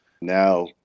now